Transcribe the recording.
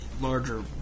larger